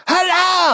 Hello